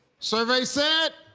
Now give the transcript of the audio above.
survey said.